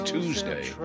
Tuesday